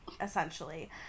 essentially